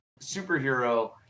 superhero